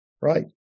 right